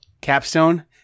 Capstone